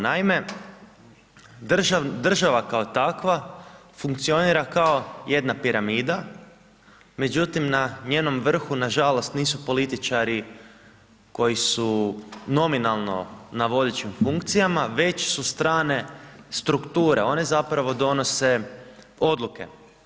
Naime, država kao takva funkcionira kao jedna piramida, međutim na njenom vrhu nažalost nisu političari koji su nominalno na vodećim funkcijama već su strane strukture, one zapravo donose odluke.